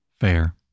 fair